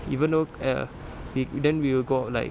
even though err we then we will go out like